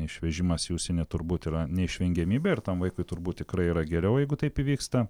išvežimas į užsienį turbūt yra neišvengiamybė ir tam vaikui turbūt tikrai yra geriau jeigu taip įvyksta